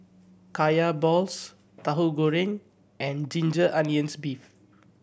Kaya balls Tauhu Goreng and ginger onions beef